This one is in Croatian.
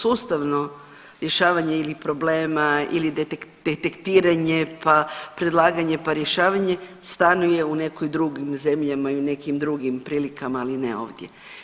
Sustavno rješavanje ili problema ili detektiranje, pa predlaganje, pa rješavanje stanjuje u nekim drugim zemljama i u nekim drugim prilikama, ali ne ovdje.